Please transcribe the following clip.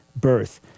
birth